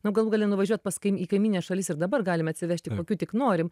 nu galų gale nuvažiuot pas kai į kaimynines šalis ir dabar galim atsivežti kokių tik norim